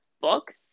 books